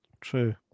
True